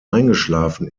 eingeschlafen